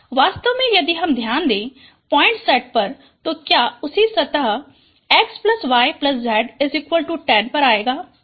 वास्तव में यदि हम ध्यान दे पॉइंट सेट पर तो क्या उसी सतह XYZ10 पर आएगा जो दिया गया है